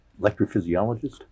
electrophysiologist